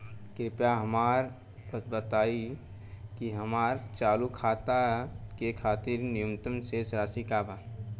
कृपया हमरा बताइ कि हमार चालू खाता के खातिर न्यूनतम शेष राशि का बा